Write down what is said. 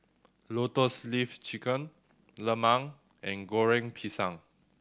Lotus Leaf Chicken lemang and Goreng Pisang